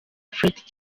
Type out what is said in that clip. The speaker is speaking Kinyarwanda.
fred